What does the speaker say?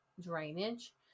drainage